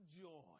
joy